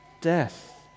death